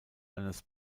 eines